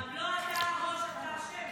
תנו לו לסיים משפט.